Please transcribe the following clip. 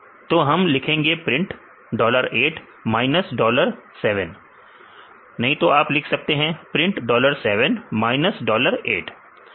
तो हम लिखेंगे प्रिंट डॉलर 8 माइनस डॉलर 7 नहीं तो आप लिख सकते हैं प्रिंट डॉलर 7 माइनस डॉलर 8